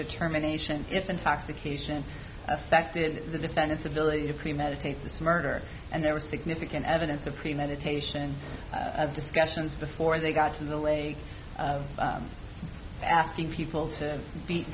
determination if intoxication affected the defendant's ability to premeditated murder and there was significant evidence of premeditation of discussions before they got to the lake asking people to beat